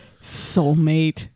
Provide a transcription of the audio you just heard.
Soulmate